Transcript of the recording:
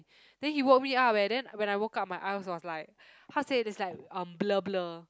then he woke me up eh then when I woke up my eyes was like how to say it's like um blur blur